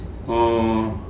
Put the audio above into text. oh